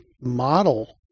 model